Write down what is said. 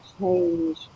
change